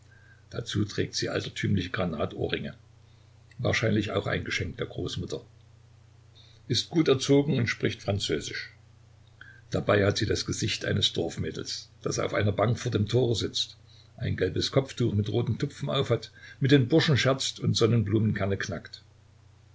dazu trägt sie altertümliche granatohrringe wahrscheinlich auch ein geschenk der großmutter ist gut erzogen und spricht französisch dabei hat sie das gesicht eines dorfmädels das auf einer bank vor dem tore sitzt ein gelbes kopftuch mit roten tupfen aufhat mit den burschen scherzt und sonnenblumenkerne knackt